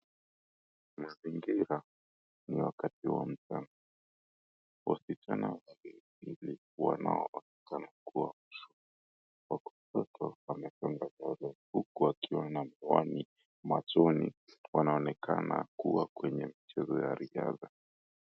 Mazingira ni wakati wa mchana, wasichana wawili wanaonekana wakiwa kando ya barabara huku wakiwa na miwani machoni wanaonekana kua kwenye mchezo ya riadha.